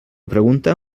pregunta